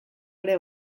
ere